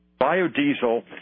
Biodiesel